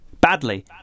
Badly